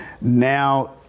now